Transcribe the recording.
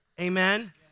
Amen